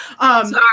Sorry